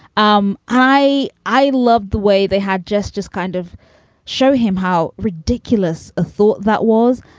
um i i loved the way they had just just kind of show him how ridiculous a thought that was.